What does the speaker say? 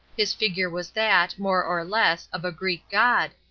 his figure was that, more or less, of a greek god,